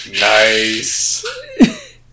Nice